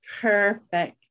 Perfect